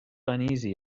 uneasy